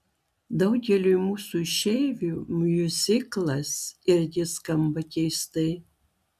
daugeliui mūsų išeivių miuziklas irgi skamba keistai